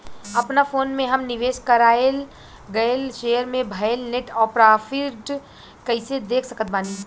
अपना फोन मे हम निवेश कराल गएल शेयर मे भएल नेट प्रॉफ़िट कइसे देख सकत बानी?